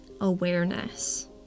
awareness